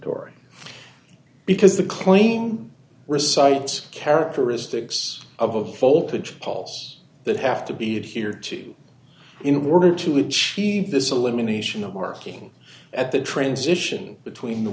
dorie because the claim recites characteristics of a voltage pulse that have to be adhered to in order to achieve this elimination of working at the transition between the